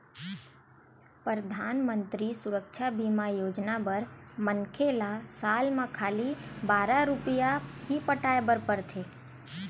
परधानमंतरी सुरक्छा बीमा योजना बर मनखे ल साल म खाली बारह रूपिया ही पटाए बर परथे